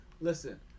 Listen